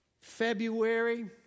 February